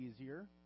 easier